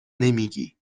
نمیگی